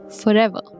forever